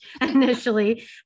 initially